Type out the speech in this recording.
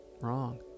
wrong